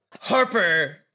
Harper